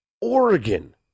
Oregon